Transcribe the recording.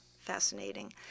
Fascinating